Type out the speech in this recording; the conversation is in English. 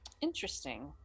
Interesting